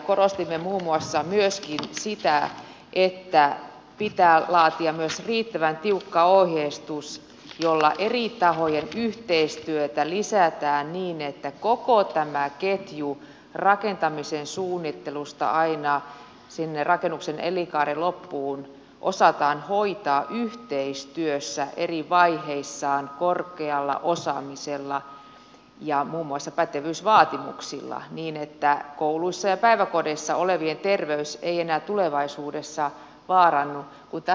korostimme muun muassa myöskin sitä että pitää laatia myös riittävän tiukka ohjeistus jolla eri tahojen yhteistyötä lisätään niin että koko tämä ketju rakentamisen suunnittelusta aina sinne rakennuksen elinkaaren loppuun osataan hoitaa yhteistyössä eri vaiheissaan korkealla osaamisella ja muun muassa pätevyysvaatimuksilla niin että kouluissa ja päiväkodeissa olevien terveys ei enää tulevaisuudessa vaarannu